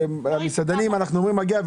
אנחנו יודעים שמגיע למסעדנים,